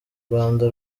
rwanda